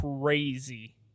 crazy